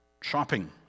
shopping